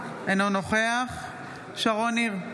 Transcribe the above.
אינו נוכח שרון ניר,